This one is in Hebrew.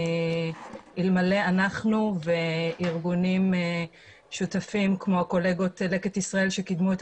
אלמלא אנחנו וארגונים שותפים כמו לקט ישראל שקידמו את